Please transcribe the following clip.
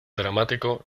dramático